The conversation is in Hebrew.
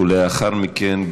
ולאחר מכן,